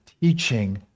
teaching